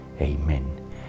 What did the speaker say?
amen